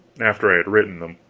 after i had written them.